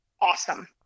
awesome